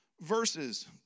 verses